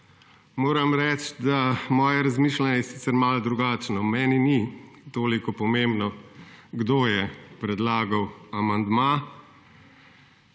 Moram reči, da moje razmišljanje je sicer malo drugačno. Meni ni toliko pomembno, kdo je predlagal amandma,